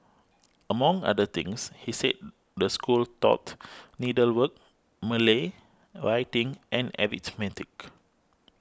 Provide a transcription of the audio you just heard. among other things he said the school taught needlework Malay writing and arithmetic